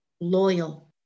loyal